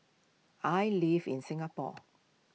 I live in Singapore